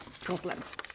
problems